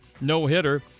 no-hitter